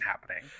happening